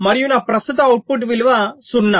మరియు నా ప్రస్తుత అవుట్పుట్ విలువ 0